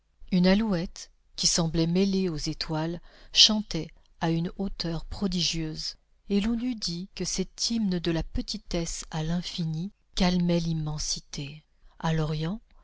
une alouette qui semblait mêlée aux étoiles chantait à une hauteur prodigieuse et l'on eût dit que cet hymne de la petitesse à l'infini calmait l'immensité à l'orient